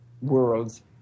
worlds